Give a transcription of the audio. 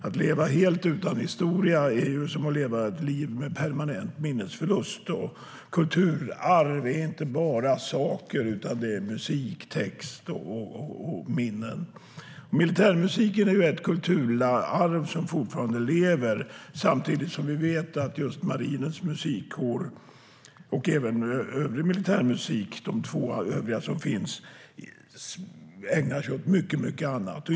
Att leva utan historia är som att leva ett liv med permanent minnesförlust. Kulturarv är inte bara saker, utan det är musik, text och minnen. Militärmusiken är ett kulturarv som fortfarande lever. Samtidigt vet vi att Marinens Musikkår och de övriga två militära musikkårerna ägnar sig åt mycket annat.